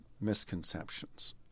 misconceptions